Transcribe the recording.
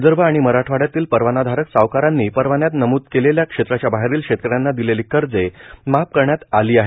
विदर्भ आणि मराठवाड्यातील परवानाधारक सावकारांनी परवान्यात नमूद केलेल्या क्षेत्राच्या बाहेरील शेतकऱ्यांना दिलेली कर्जे माफ करण्यात आले आहे